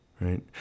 Right